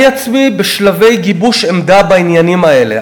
אני עצמי בשלבי גיבוש עמדה בעניינים האלה.